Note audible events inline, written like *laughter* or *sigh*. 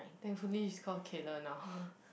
thankfully he's called Kayla now *breath*